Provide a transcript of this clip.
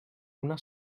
una